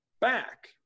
back